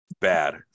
Bad